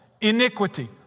iniquity